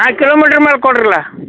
ಆಯ್ತು ಕಿಲೋಮೀಟ್ರ್ ಮೇಲೆ ಕೊಡ್ರಲ್ಲ